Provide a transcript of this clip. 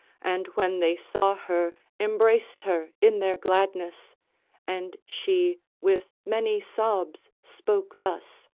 and when they saw her embraced her in their gladness and she with many sobs spoke thus